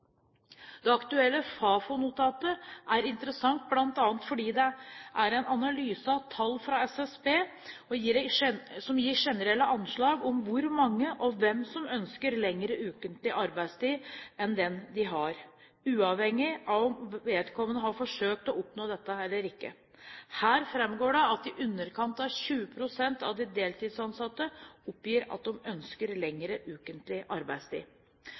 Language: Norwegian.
Det aktuelle Fafo-notatet er interessant bl.a. fordi det er en analyse av tall fra SSB, som gir generelle anslag om hvor mange og hvem som ønsker lengre ukentlig arbeidstid enn den de har, uavhengig av om vedkommende har forsøkt å oppnå dette eller ikke. Her framkommer det at i underkant av 20 pst. av de deltidsansatte oppgir at de ønsker lengre ukentlig arbeidstid.